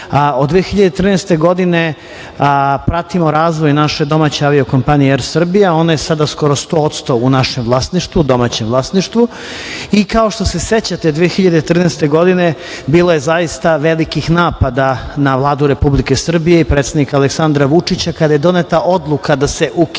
od 2013. godine pratimo razvoj naše domaće avio kompanije Er Srbija. Ona je sada skoro 100% u našem vlasništvu, domaćem vlasništvu i kao što se sećate 2013. godine bilo je zaista velikih napada na Vladu Republike Srbije i predsednika Aleksandra Vučića kada je doneta odluka da se ukine